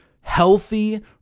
healthy